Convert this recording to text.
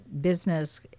business